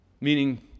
meaning